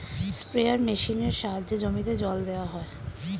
sprayer মেশিনের সাহায্যে জমিতে জল দেওয়া হয়